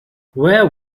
where